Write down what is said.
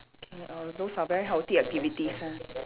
okay uh those are very healthy activities ah